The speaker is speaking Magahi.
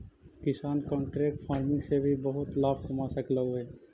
किसान कॉन्ट्रैक्ट फार्मिंग से भी बहुत लाभ कमा सकलहुं हे